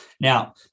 Now